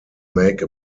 make